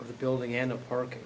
of the building in the park